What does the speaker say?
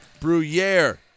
Bruyere